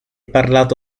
parlato